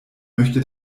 möchte